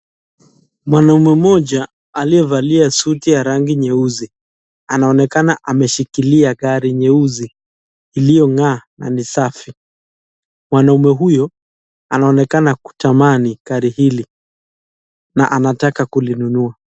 Mwanaume mmoja aliyevalia suti ya rangi nyeusi anaonekana ameshikilia gari nyeusi iliyongaa na ni safi. Mwanaume huyo, anaonekana kutamani gari hili na anataka kulinunua.